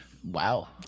Wow